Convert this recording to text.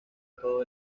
todo